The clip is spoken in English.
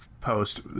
post